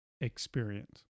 experience